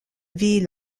ville